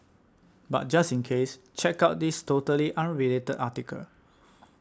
but just in case check out this totally unrelated article